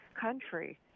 country